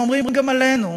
הם אומרים גם עלינו,